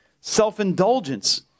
self-indulgence